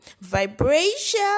vibration